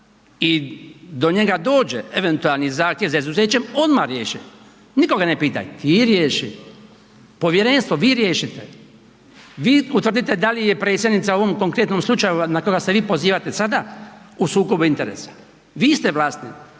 i do njega dođe eventualni zahtjev za izuzećem odmah riješe. Nikoga ne pitaj, ti riješi, povjerenstvo vi riješite, vi utvrdite da li je predsjednica u ovom konkretnom slučaju na koga se pozivate sada u sukobu interesa. Vi ste vlasnik,